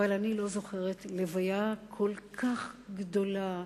אבל אני לא זוכרת לוויה כל כך גדולה,